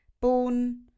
Born